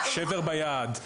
שבר ביד.